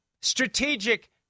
Strategic